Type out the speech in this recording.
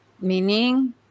Meaning